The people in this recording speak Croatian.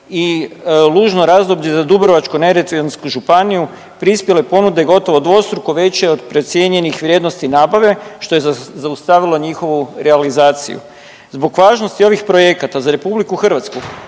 i Lužno razdoblje za Dubrovačko-neretvansku županiju prispjele ponude gotovo dvostruko veće od procijenjenih vrijednosti nabave što je zaustavilo njihovu realizaciju. Zbog važnosti ovih projekata za RH molim vas